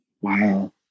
Wow